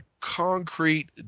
concrete